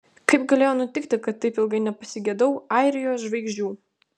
kaip galėjo nutikti kad taip ilgai nepasigedau airijos žvaigždžių